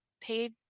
paid